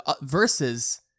versus